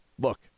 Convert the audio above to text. look